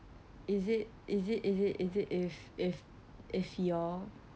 is it is it is it is it if if if your